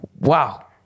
Wow